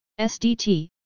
SDT